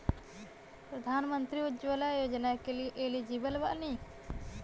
प्रधानमंत्री उज्जवला योजना के लिए एलिजिबल बानी?